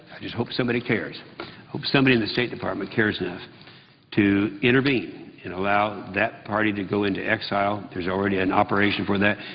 i just hope somebody i hope somebody in the state department cares enough to intervene and allow that party to go into exile. there is already an operation for that.